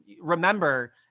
remember